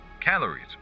Calories